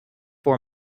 for